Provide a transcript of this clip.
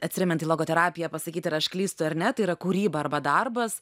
atsiremiant į logoterapiją pasakyti ar aš klystu ar ne tai yra kūryba arba darbas